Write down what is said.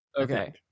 Okay